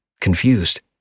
confused